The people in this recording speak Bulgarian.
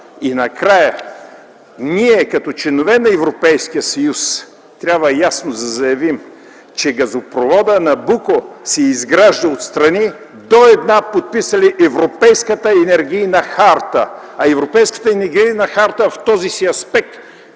И накрая - ние, като членове на Европейския съюз, трябва ясно да заявим, че газопроводът „Набуко” се изгражда от страни, до една подписали Европейската енергийна харта. Европейската енергийна харта в този си аспект